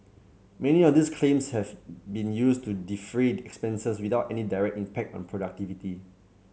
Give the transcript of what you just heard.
many of these claims have been used to defray expenses without any direct impact on productivity